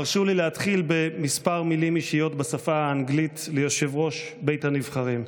הרשו לי להתחיל בכמה מילים אישיות בשפה האנגלית ליושב-ראש בית הנבחרים.